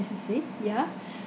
as you see ya